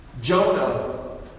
Jonah